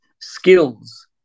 skills